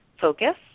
focus